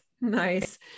Nice